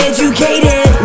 Educated